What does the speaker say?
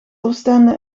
oostende